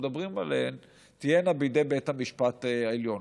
מדברים עליהן תהיינה בידי בית המשפט העליון.